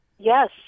Yes